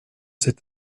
cette